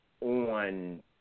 on